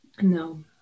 No